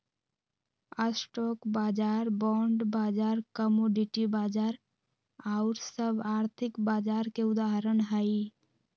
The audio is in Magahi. स्टॉक बाजार, बॉण्ड बाजार, कमोडिटी बाजार आउर सभ आर्थिक बाजार के उदाहरण हइ